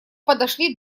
подошли